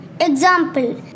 Example